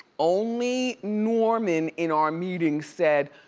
only norman in our meeting said,